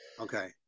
Okay